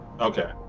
Okay